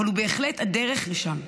אבל הוא בהחלט הדרך לשם,